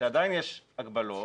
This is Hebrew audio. עדיין יש הגבלות,